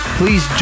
please